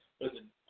Listen